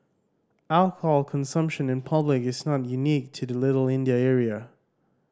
alcohol consumption in public is not unique to the Little India area